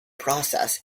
process